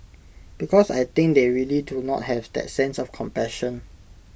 because I think they really do not have that sense of compassion